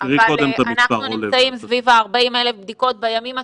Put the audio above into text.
- אנחנו נמצאים סביב 40,000 בדיקות בימים הטובים.